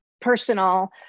personal